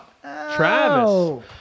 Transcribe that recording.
Travis